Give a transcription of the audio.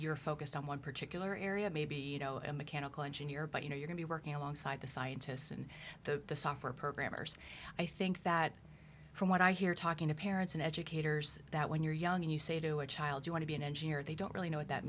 you're focused on one particular area maybe you know a mechanical engineer but you know you can be working alongside the scientists and the software programmers i think that from what i hear talking to parents and educators that when you're young you say to a child you want to be an engineer they don't really know what that